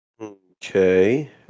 Okay